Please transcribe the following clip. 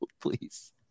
Please